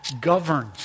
governs